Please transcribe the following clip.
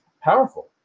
powerful